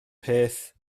peth